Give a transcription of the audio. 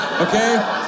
okay